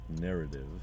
Narrative